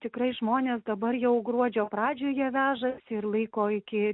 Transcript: tikrai žmonės dabar jau gruodžio pradžioje vežasi ir laiko iki